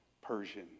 Persian